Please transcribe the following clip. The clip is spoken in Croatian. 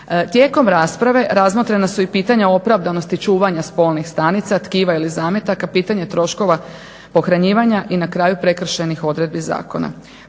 Tijekom rasprave razmotrena su i pitanja opravdanosti čuvanja spolnih stanica, tkiva ili zametaka, pitanje troškova pohranjivanja i na kraju prekršajnih odredbi zakona.